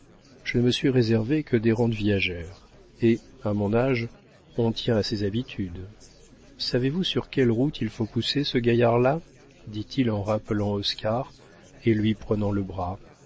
ne me suis réservé que des rentes viagères et à mon âge on tient à ses habitudes savez-vous sur quelle route il faut pousser ce gaillard-là dit-il en rappelant oscar et lui prenant le bras